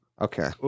okay